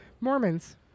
Mormons